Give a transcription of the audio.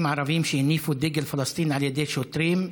ערבים שהניפו דגל פלסטין על ידי שוטרים.